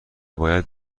باید